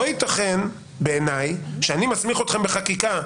לא ייתכן בעיני שאני מסמיך אתכם בחקיקה,